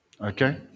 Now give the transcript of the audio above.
Okay